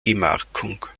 gemarkung